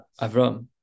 Avram